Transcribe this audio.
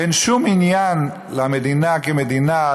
אין שום עניין למדינה כמדינה,